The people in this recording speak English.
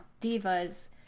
divas